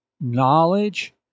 knowledge